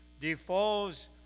Defoe's